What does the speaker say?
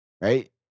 right